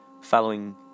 following